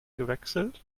gewechselt